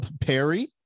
perry